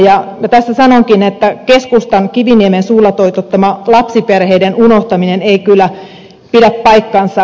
tässä sanonkin että keskustan kiviniemen suulla toitottama lapsiperheiden unohtaminen ei kyllä pidä paikkaansa